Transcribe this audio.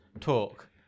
talk